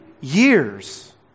years